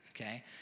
okay